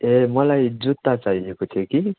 ए मलाई जुत्ता चाहिएको थियो कि